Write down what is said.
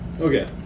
okay